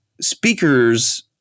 speakers